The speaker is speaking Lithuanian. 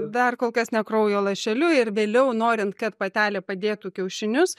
dar kol kas ne kraujo lašeliu ir vėliau norint kad patelė padėtų kiaušinius